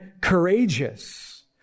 courageous